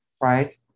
right